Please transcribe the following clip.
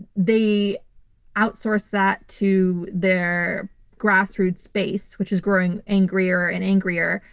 they outsource that to their grassroots space, which is growing angrier and angrier.